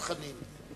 חנין.